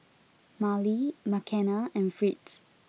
Mallie Makenna and Fritz